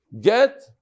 Get